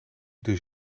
dus